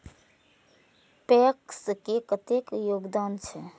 PACS के कतेक योगदान छै?